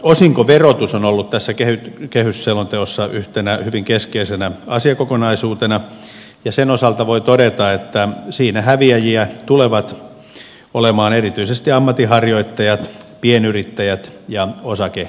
osinkoverotus on ollut tässä kehysselonteossa yhtenä hyvin keskeisenä asiakokonaisuutena ja sen osalta voi todeta että siinä häviäjiä tulevat olemaan erityisesti ammatinharjoittajat pienyrittäjät ja osakesäästäjät